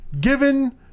given